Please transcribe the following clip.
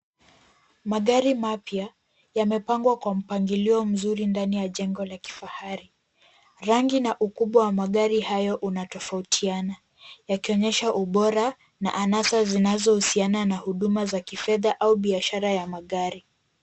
Magari mapya yamepangwa kwa mpangilio mzuri ndani ya jengo la kifahari. Rangi na ukubwa wa magari hayo unatofautiana, yakionyesha ubora na anasa zinazohusiana na huduma za kifedha au biashara ya magari.